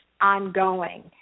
ongoing